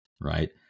Right